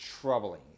troubling